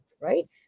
right